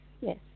yes